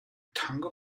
tongue